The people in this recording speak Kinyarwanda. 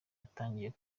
yatangiye